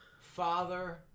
father